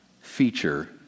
feature